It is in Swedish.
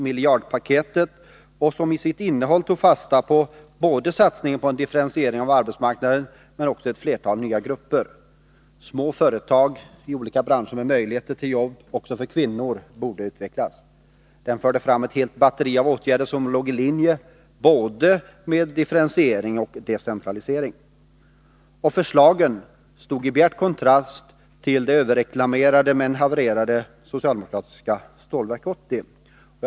miljardpaketet, som i sitt innehåll tog fasta på satsningen på både en differentiering av arbetsmarknaden och ett flertal nya grupper. Små företag i olika branscher med möjligheter till jobb också för kvinnor borde utvecklas. Propositionen förde fram ett helt batteri av åtgärder som låg i linje med både differentiering och decentralisering. Och förslagen stod i bjärt kontrast till det överreklamerade men nyss havererade socialdemokratiska Stålverk 80.